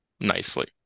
nicely